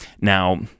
Now